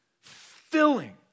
filling